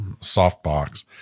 softbox